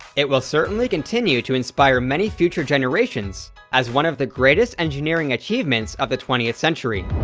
it will certainly continue to inspire many future generations as one of the greatest engineering achievements of the twentieth century.